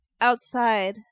outside